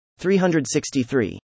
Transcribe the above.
363